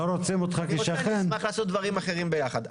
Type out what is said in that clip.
אם רוצים נשמח לעשות דברים אחרים ביחד.